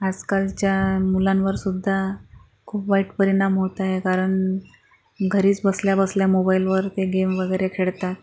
आजकालच्या मुलांवरसुद्धा खूप वाईट परिणाम होत आहे कारण घरीच बसल्या बसल्या मोबाईलवर ते गेम वगैरे खेळतात